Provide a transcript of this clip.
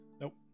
Nope